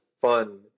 fun